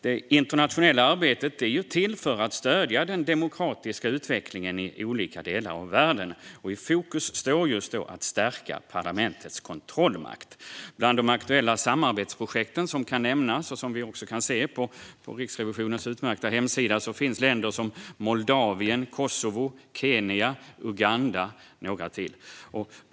Det internationella arbetet är till för att stödja den demokratiska utvecklingen i olika delar av världen, och i fokus står just att stärka parlamentens kontrollmakt. Bland de aktuella samarbetsprojekten som kan nämnas och som vi också kan se på Riksrevisionens utmärkta hemsida finns länder som Moldavien, Kosovo, Kenya, Uganda och några till.